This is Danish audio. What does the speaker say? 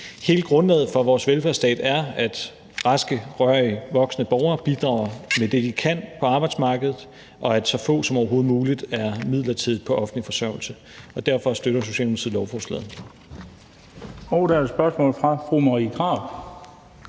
Hele grundlaget for vores velfærdsstat er, at raske rørige voksne borgere bidrager med det, de kan på arbejdsmarkedet, og at så få som overhovedet muligt er midlertidigt på offentlig forsørgelse. Og derfor støtter Socialdemokratiet lovforslaget.